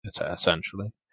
Essentially